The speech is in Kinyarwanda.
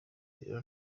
rero